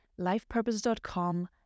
lifepurpose.com